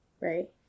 right